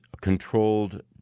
controlled